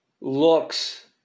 looks